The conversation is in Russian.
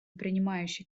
принимающей